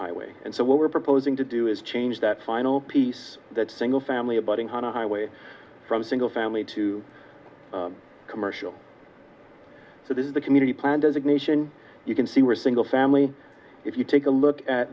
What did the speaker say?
highway and so what we're proposing to do is change that final piece that single family abutting highway from single family to commercial so this is the community plan designation you can see we're a single family if you take a look at